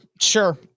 Sure